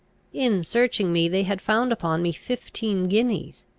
in searching me they had found upon me fifteen guineas,